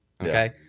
okay